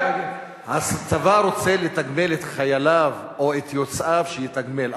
הצבא רוצה לתגמל את חייליו או את יוצאיו, שיתגמל.